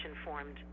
informed